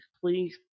Please